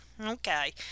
okay